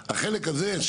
החלק הזה,